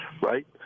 right